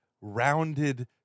rounded